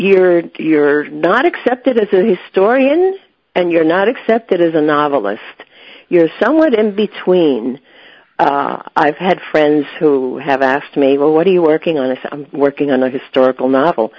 you're you're not accepted as a historian and you're not accepted as a novelist you're somewhat in between i've had friends who have asked me well what are you working on i said i'm working on a historical novel